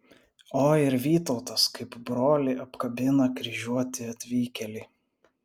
o ir vytautas kaip brolį apkabina kryžiuotį atvykėlį